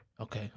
Okay